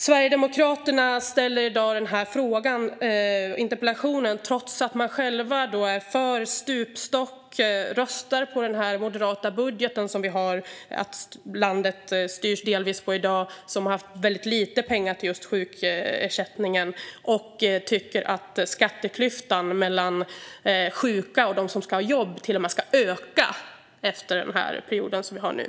Sverigedemokraterna har nu ställt denna interpellation, trots att de själva är för en stupstock och har röstat på den moderata budget som landet delvis styrs på i dag. Där finns väldigt lite pengar till just sjukersättningen. Man tycker att skatteklyftan mellan sjuka och dem som har jobb till och med ska öka efter den period som vi har nu.